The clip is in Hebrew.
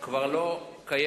כבר לא קיימת,